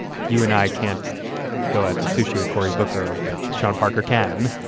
you and i can't go out to sushi with cory booker, but sean parker can.